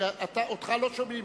אותך לא שומעים,